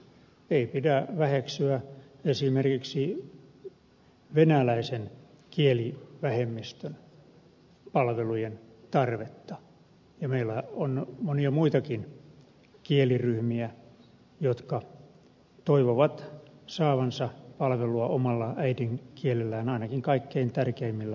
ei pidä väheksyä esimerkiksi venäläisen kielivähemmistön palvelujen tarvetta ja meillä on monia muitakin kieliryhmiä jotka toivovat saavansa palvelua omalla äidinkielellään ainakin kaikkein tärkeimmillä elämänaloilla